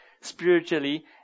spiritually